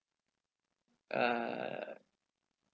uh